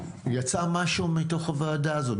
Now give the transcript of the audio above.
יצא משהו מתוך הוועדה הזאת,